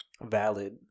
Valid